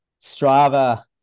Strava